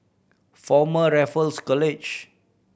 Former Raffles College